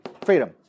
Freedom